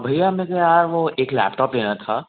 भैया मैं जो यार वो एक लैपटॉप लेना था